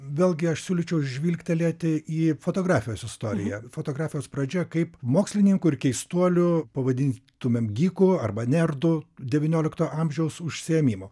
vėlgi aš siūlyčiau žvilgtelėti į fotografijos istoriją fotografijos pradžia kaip mokslininkų ir keistuolių pavadintumėm gikų arba nerdų devyniolikto amžiaus užsiėmimu